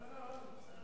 לא, לא, לא.